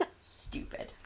Stupid